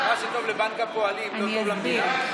מה שטוב לבנק הפועלים לא טוב למדינה?